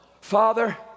Father